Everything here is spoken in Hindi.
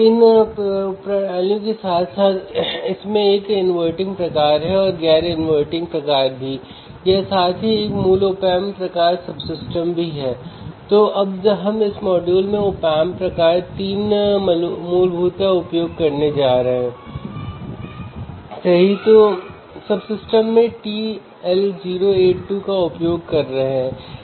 यह लाभ इस विशेष रूप से वोल्टेज फॉलोअर सर्किट से आता है